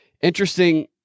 interesting